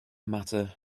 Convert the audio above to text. matter